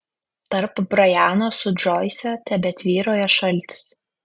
tarp brajano su džoise tebetvyrojo šaltis